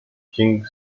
king